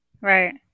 Right